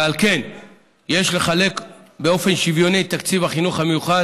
ועל כן יש לחלק באופן שוויוני את תקציב החינוך המיוחד.